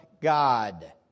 God